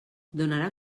donarà